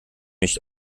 ich